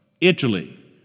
Italy